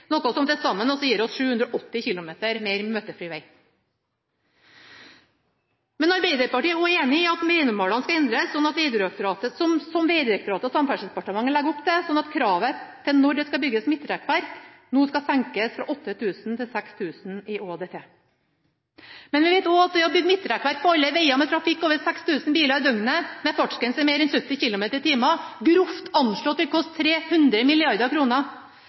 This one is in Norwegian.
noe som til sammen gir oss 780 km mer møtefri veg. Arbeiderpartiet er også enig i at minimumsmålene skal endres – som Vegdirektoratet og Samferdselsdepartementet legger opp til – sånn at kravet til når det skal bygges midtrekkverk, senkes fra 8 000 til 6 000 ÅDT. Men vi vet også at det å bygge midtrekkverk på alle veger med over 6 000 biler i døgnet og med en fartsgrense på mer enn 70 km/t grovt anslått vil koste 300